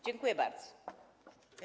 Dziękuję bardzo.